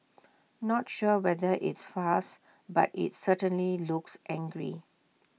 not sure whether it's fast but IT certainly looks angry